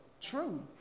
true